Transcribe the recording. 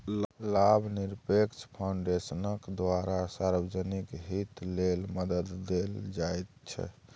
लाभनिरपेक्ष फाउन्डेशनक द्वारा सार्वजनिक हित लेल मदद देल जाइत छै